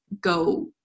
go